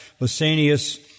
Lysanias